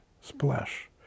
splash